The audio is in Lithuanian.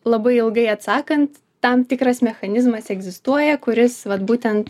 labai ilgai atsakant tam tikras mechanizmas egzistuoja kuris vat būtent